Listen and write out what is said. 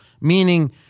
meaning